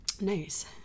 nice